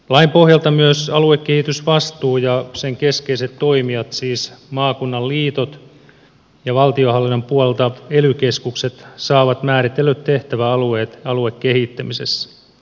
lain pohjalta myös aluekehitysvastuu ja sen keskeiset toimijat siis maakunnan liitot ja valtionhallinnon puolelta ely keskukset saavat määritellyt tehtäväalueet aluekehittämisessä